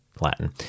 Latin